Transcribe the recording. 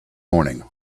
morning